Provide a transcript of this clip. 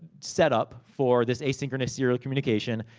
setup for this asynchronous serial communication,